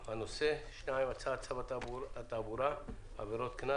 בנושא: 1. הצעת תקנות התעבורה (תיקון מס'...),